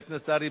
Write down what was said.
(איסור שימוש בטלפון ציבורי לביצוע דבר עבירה),